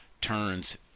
turns